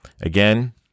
again